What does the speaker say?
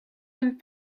and